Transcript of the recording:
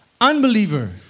unbeliever